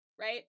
right